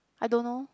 I don't know